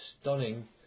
stunning